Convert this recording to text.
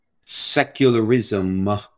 secularism